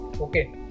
Okay